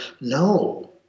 no